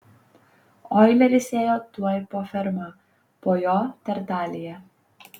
oileris ėjo tuoj po ferma po jo tartalija